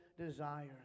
desires